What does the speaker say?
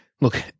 look